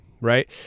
right